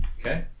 Okay